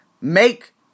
make